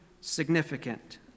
significant